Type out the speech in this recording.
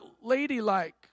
ladylike